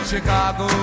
Chicago